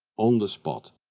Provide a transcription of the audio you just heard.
on the spot.